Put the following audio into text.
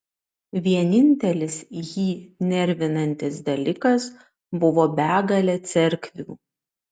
vienintelis jį nervinantis dalykas buvo begalė cerkvių